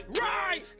right